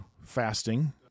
fasting—